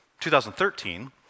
2013